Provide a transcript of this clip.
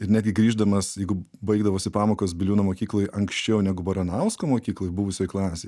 ir netgi grįždamas jeigu baigdavosi pamokos biliūno mokykloj anksčiau negu baranausko mokykloj buvusioj klasėj